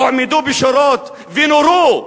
הועמדו בשורות ונורו,